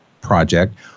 project